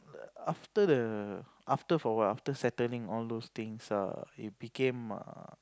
after the after for awhile after settling all those things err it became uh